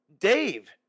Dave